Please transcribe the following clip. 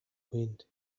wind